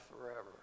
forever